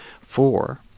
Four